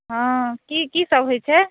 हँ की कीसभ होइत छै